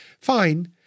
Fine